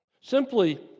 simply